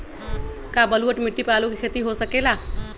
का बलूअट मिट्टी पर आलू के खेती हो सकेला?